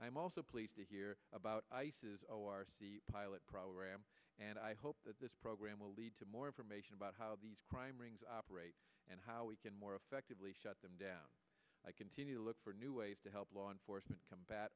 i'm also pleased to hear about our pilot program and i hope that this program will lead to more information about how these primaries operate and how we can more effectively shut them down i continue to look for new ways to help law enforcement combat